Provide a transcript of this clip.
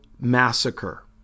massacre